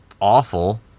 awful